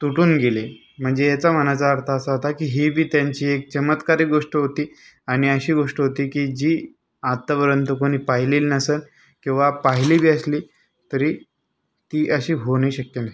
तुटून गेले म्हणजे ह्याचा म्हणायचा अर्थ असा होता की ही बी त्यांची एक चमत्कारिक गोष्ट होती आणि अशी गोष्ट होती की जी आतापर्यंत कुणी पाहिलेली नसेल किंवा पाहिलीबी असली तरी ती अशी होणे शक्य नाही